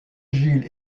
gilles